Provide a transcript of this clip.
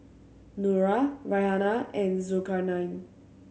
Nura Raihana and Zulkarnain